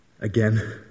Again